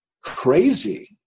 crazy